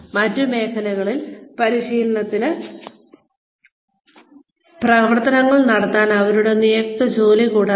തുടർന്ന് ഞങ്ങൾക്ക് cross functional training ഉണ്ട് അവിടെ ഞങ്ങൾ ജീവനക്കാരെ അവർക്ക് നിയോഗിച്ചിട്ടുള്ള ജോലി ഒഴികെയുള്ള മേഖലകളിൽ പ്രവർത്തനങ്ങൾ നടത്താൻ പഠിപ്പിക്കുന്നു